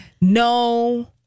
No